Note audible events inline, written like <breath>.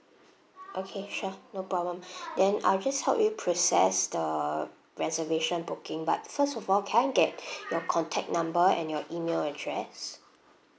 okay sure no problem <breath> then I'll just help you process the reservation booking but first of all can I get your contact number and your email address